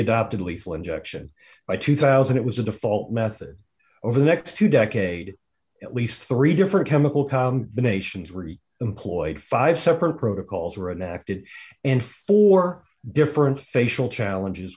adopted lethal injection by two thousand it was a default method over the next two decades at least three different chemical combinations were employed five separate protocols were inactive and four different facial challenges